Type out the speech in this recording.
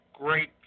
Great